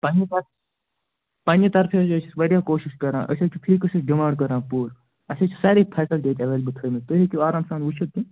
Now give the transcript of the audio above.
پنٛنہِ طر پنٛنہِ طرفہٕ حظ چھِ أسۍ واریاہ کوٗشِش کَران أسۍ حظ چھِ فی کٲنٛسہِ حظ ڈِمانڈ کران پوٗرٕ اَسہِ حظ چھِ سارٕے فیٚسَلٹی ییٚتہِ ایٚوَلیبُل تھٲیمٕتۍ تُہۍ ہیٚکِو آرام سان وُچھِتھِ تہٕ